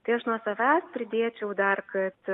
tai aš nuo savęs pridėčiau dar kad